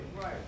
Right